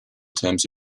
terms